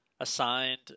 assigned